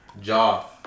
jaw